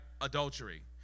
Adultery